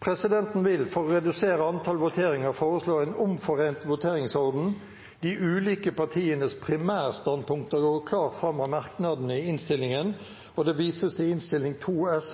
Presidenten vil – for å redusere antall voteringer – foreslå en omforent voteringsorden. De ulike partienes primærstandpunkt går klart fram av merknadene i innstillingen, og det vises til Innst. 2 S